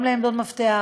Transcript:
גם על עמדות מפתח,